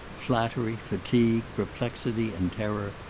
flattery, fatigue, perplexity, and terror,